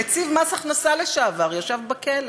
נציב מס הכנסה לשעבר ישב בכלא